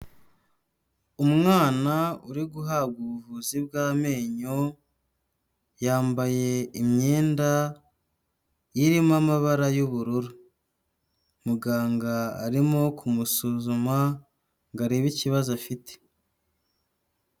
Umwana uri guhabwa ubuvuzi bw'amenyo, yambaye imyenda irimo amabara y'ubururu. Muganga arimo kumusuzuma ngo arebe ikibazo afite.